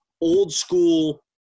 old-school